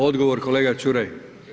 Odgovor kolega Čuraj.